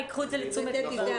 את הקול הקורא שיצא.